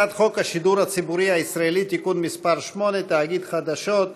הצעת חוק השידור הציבורי הישראלי (תיקון מס' 8) (תאגיד החדשות),